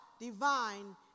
divine